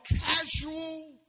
casual